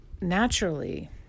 naturally